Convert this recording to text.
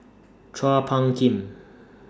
Chua Phung Kim